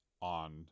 on